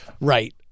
Right